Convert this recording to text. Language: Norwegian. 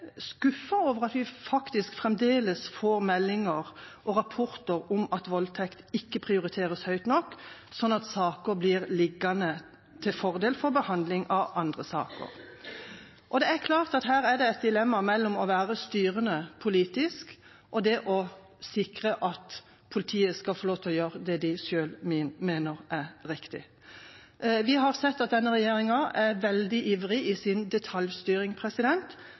over at vi faktisk fremdeles får meldinger og rapporter om at voldtekt ikke prioriteres høyt nok, slik at saker blir liggende til fordel for behandling av andre saker. Det er klart det er et dilemma mellom det å styre politisk og det å sikre at politiet får lov til å gjøre det de selv mener er riktig. Vi har sett at denne regjeringa er veldig ivrig i sin detaljstyring,